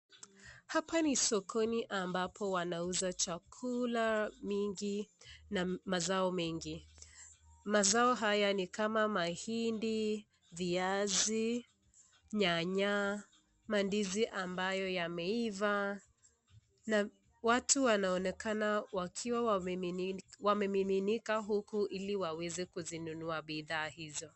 Hapa ni sokoni ambapo wanauza chakula mingi na mazao mengi, mazao haya ni kama mahindi, viazi, nyanya, mandizi ambayo yameiva, na watu wanaonekana wakiwa wamemiminika huku ili waweze kuzinunua bidhaa hizo.